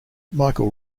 michael